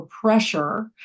pressure